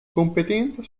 competenza